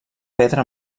pedra